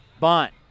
Bunt